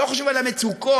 לא חושבים על המצוקות.